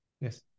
Yes